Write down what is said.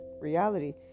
reality